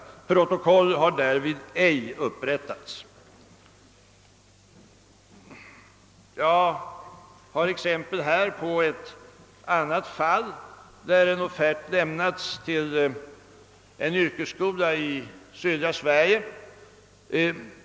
Protokoll har därvid ej upprättats.» Jag har här exempel på ett annat fall där en offert lämnats direkt från en leverantör till en yrkesskola i södra Sve rige.